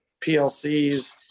PLCs